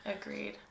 Agreed